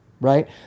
right